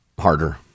Harder